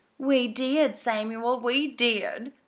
we did, samuel we did,